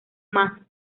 más